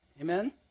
Amen